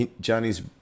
Johnny's